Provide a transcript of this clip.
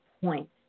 point